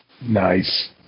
Nice